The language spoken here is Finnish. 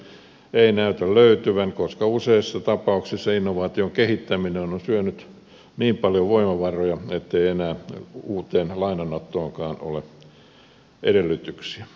ja vakuuksia ei näytä löytyvän koska useissa tapauksissa innovaation kehittäminen on syönyt niin paljon voimavaroja ettei enää uuteen lainanottoonkaan ole edellytyksiä